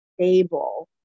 stable